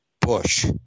bush